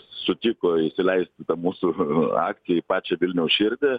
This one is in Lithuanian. sutiko įsileist mūsų akciją į pačią vilniaus širdį